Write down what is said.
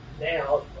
now